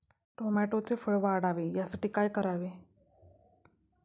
टोमॅटोचे फळ वाढावे यासाठी काय करावे?